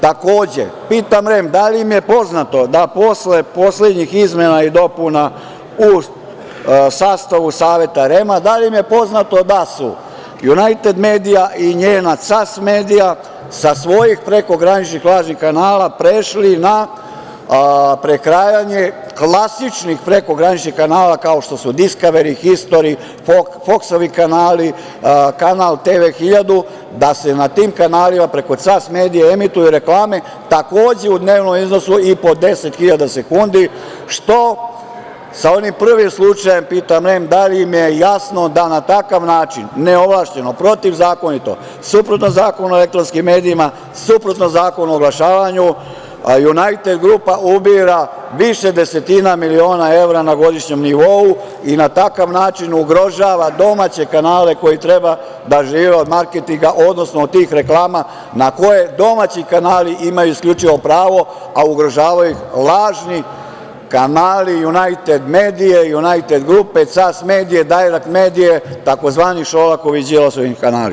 Takođe, pitam REM da li im je poznato da posle poslednjih izmena i dopuna u sastavu Saveta REM-a, da su Junajted medija i njena CAS medija sa svojih prekograničnih lažnih kanala prešli na prekrajanje klasičnih prekograničnih kanala kao što su „Discovery“, „History“, „Fox“ kanali, kanal „TV 1000“, da se na tim kanalima preko CAS medija emituju reklame, takođe u dnevnom iznosu i po 10.000 sekundi što sa onim prvim slučajem, pitam REM da li im je jasno da na takav način, neovlašćeno, protivzakonito, suprotno zakonu o elektronskim medijima, suprotno zakonu o oglašavanju Junajted grupa ubira više desetina miliona evra na godišnjem nivou i na takav način ugrožava domaće kanale koji treba da žive od marketinga, odnosno od tih reklama na koje domaći kanali imaju isključivo pravo, a ugrožavaju ih lažni kanali Junajted medije, Junajted grupe, CAS mediji, Dajrekt medije tzv. Šolakovi i Đilasovi kanali?